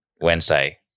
Wednesday